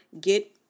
get